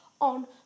on